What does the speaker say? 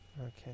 okay